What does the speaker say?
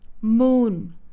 moon